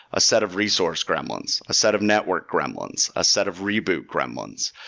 a set of resource gremlins, a set of network gremlins, a set of reboot gremlins.